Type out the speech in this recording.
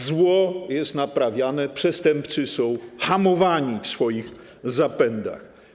Zło jest naprawiane, przestępcy są hamowani w swoich zapędach.